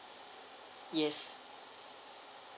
yes